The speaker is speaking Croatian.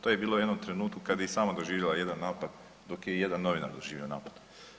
To je bilo u jednom trenutku kad je i sama doživjela jedan napad i dok je jedan novinar doživio napad.